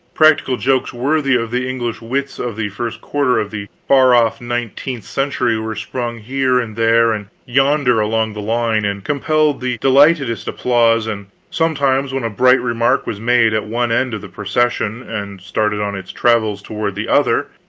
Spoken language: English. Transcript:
practical jokes worthy of the english wits of the first quarter of the far-off nineteenth century were sprung here and there and yonder along the line, and compelled the delightedest applause and sometimes when a bright remark was made at one end of the procession and started on its travels toward the other,